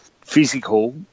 physical